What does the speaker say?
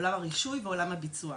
עולם הרישוי ועולם הביצוע.